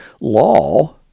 law